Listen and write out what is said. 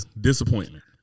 Disappointment